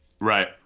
right